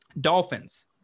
Dolphins